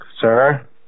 Sir